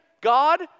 God